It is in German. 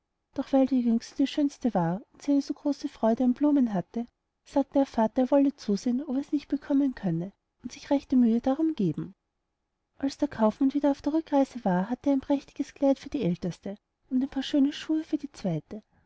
doch weil die jüngste die schönste war und sie eine so große freude an den blumen hatte sagte der vater er wolle zusehen ob er sie bekommen könne und sich rechte mühe darum geben als der kaufmann wieder auf der rückreise war hatte er ein prächtiges kleid für die älteste und ein paar schöne schuhe für die zweite